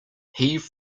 heave